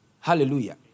Hallelujah